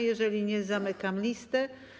Jeżeli nie, zamykam listę.